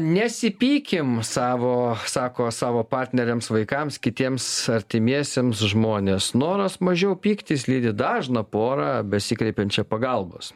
nesipykim savo sako savo partneriams vaikams kitiems artimiesiems žmonės noras mažiau pyktis lydi dažną porą besikreipiančią pagalbos